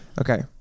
Okay